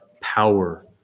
power